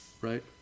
Right